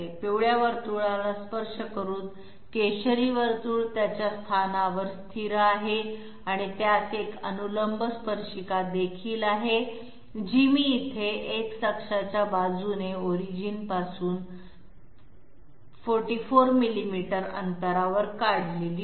पिवळ्या वर्तुळाला स्पर्श करून केशरी वर्तुळ त्याच्या स्थानावर स्थिर आहे आणि त्यास एक अनुलंब स्पर्शिका देखील आहे जी मी येथे X अक्षाच्या बाजूने ओरिजिनपासून 44 मिलीमीटर अंतरावर काढलेली नाही